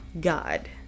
God